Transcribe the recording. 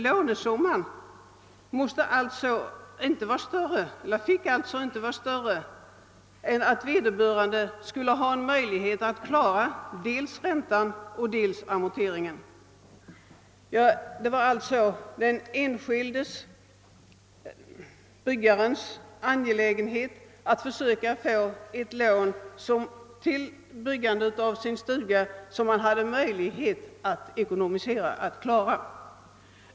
Lånesumman fick alltså inte vara större än att vederbörande hade möjlighet att klara både ränta och amortering. Den enskilde byggaren måste alltså försöka för byggande av sin stuga få ett lån som han hade möjlighet att klara.